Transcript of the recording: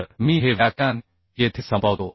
तर मी हे व्याख्यान येथे संपवतो